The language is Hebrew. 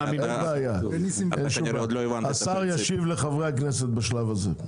אתה כנראה עוד לא הבנת את --- השר ישיב לחברי הכנסת בשלב הזה.